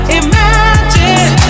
imagine